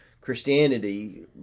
Christianity